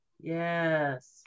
Yes